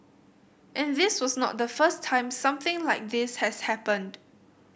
and this was not the first time something like this has happened